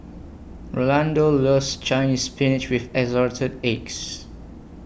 Rolando loves Chinese Spinach with Assorted Eggs